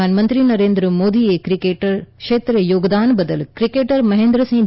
પ્રધાનમંત્રી નરેન્દ્ર મોદીએ ક્રિકેટ ક્ષેત્રે યોગદાન બદલ ક્રિકેટરમહેન્દ્રસિંહ